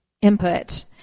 input